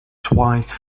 twice